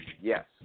Yes